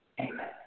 Amen